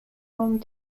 formed